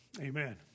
Amen